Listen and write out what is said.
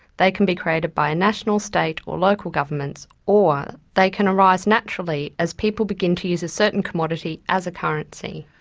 they can be created by national, state, or local governments, or they can arise naturally as people begin to use a certain commodity as a currency.